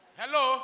hello